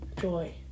joy